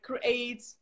create